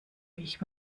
mich